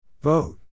Vote